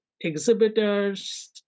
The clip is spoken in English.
exhibitors